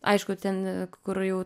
aišku ten kur jau